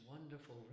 wonderful